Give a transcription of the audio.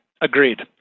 agreed